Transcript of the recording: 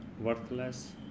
worthless